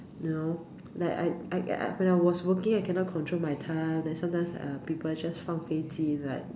you know like I I when I was working I cannot control my time then sometimes uh people just 放飞机 like